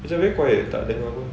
it's like very quiet tak dengar pun